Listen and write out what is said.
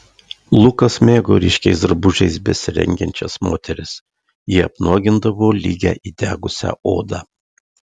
lukas mėgo ryškiais drabužiais besirengiančias moteris jie apnuogindavo lygią įdegusią odą